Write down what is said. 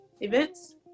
events